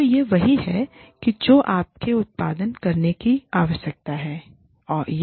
तो यह वही है जो आपको उत्पादन करने की आवश्यकता है यह